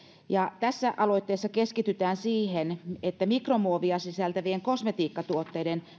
ja tässä aloitteessa keskitytään siihen että mikromuovia sisältävien kosmetiikkatuotteiden